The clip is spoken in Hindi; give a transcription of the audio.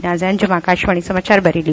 नाजिया अंजुम आकाशवाणी समाचार बरेली